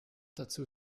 dazu